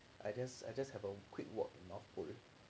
I just I just have a quick work of pole